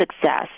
success